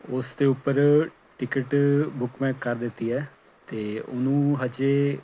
ਉਸ ਦੇ ਉੱਪਰ ਟਿਕਟ ਬੁੱਕ ਮੈਂ ਕਰ ਦਿੱਤੀ ਹੈ ਅਤੇ ਉਹਨੂੰ ਹਜੇ